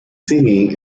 singing